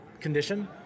condition